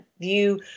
view